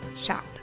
shop